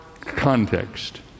context